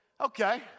okay